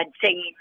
singing